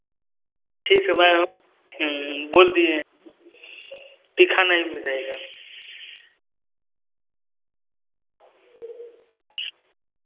ठीक है मेम बोल दिए है तीखा नहीं रहेगा